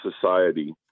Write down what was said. society